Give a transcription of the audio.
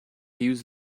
use